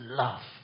love